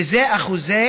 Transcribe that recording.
זה אחוזי